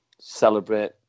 celebrate